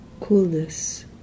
coolness